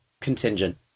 contingent